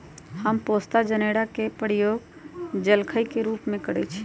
हम पोस्ता जनेरा के प्रयोग जलखइ के रूप में करइछि